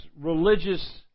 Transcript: religious